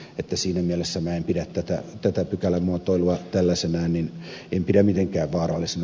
että siinä mielessä minä en pidä tätä pykälän muotoilua tällaisenaan mitenkään vaarallisena